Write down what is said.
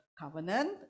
covenant